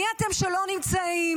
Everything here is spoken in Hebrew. מי אתם שלא נמצאים?